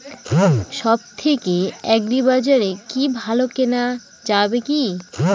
সব থেকে আগ্রিবাজারে কি ভালো কেনা যাবে কি?